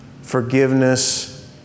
Forgiveness